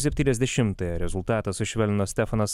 septyniasdešimtąją rezultatą sušvelnino stefanas